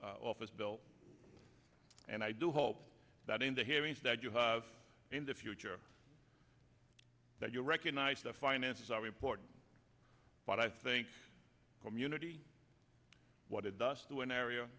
t office bill and i do hope that in the hearings that you have in the future that you recognize the finances are important but i think community what it does to an area